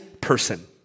person